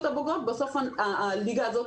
הבוגרות אם אין מה שיזין את הליגות האלה,